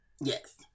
yes